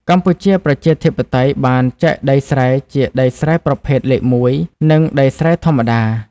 កម្ពុជាប្រជាធិបតេយ្យបានចែកដីស្រែជាដីស្រែប្រភេទលេខមួយ និងដីស្រែធម្មតា។